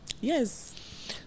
Yes